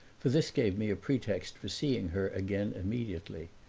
for this gave me a pretext for seeing her again immediately.